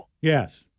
Yes